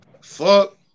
Fuck